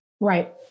Right